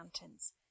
mountains